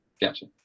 Gotcha